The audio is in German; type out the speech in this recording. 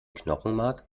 knochenmark